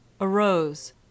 arose